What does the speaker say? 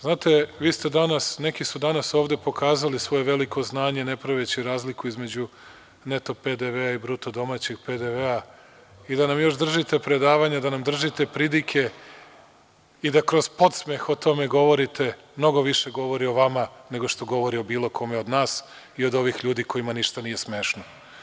Znate, neki su danas ovde pokazali svoje veliko znanje, ne praveći razliku između neto PDV-a i bruto domaćeg PDV-a, i da nam još držite predavanja, da nam držite pridike i da kroz podsmeh o tome govorite, mnogo više govori o vama, nego što govori o bilo kome od nas i od ovih ljudi kojima ništa nije smešno.